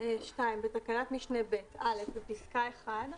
" בתקנת משנה (ב) - בפסקה (1)